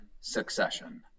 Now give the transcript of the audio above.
Succession